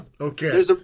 Okay